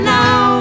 now